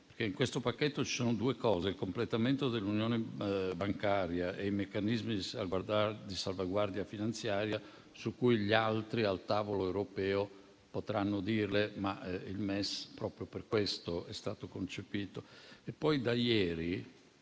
In questo pacchetto ci sono due cose, come il completamento dell'unione bancaria e i meccanismi di salvaguardia finanziaria su cui gli altri al tavolo europeo potranno dirle: il MES è stato concepito